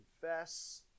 confess